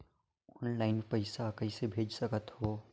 Online पइसा कइसे भेज सकत हो?